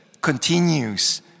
continues